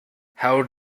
how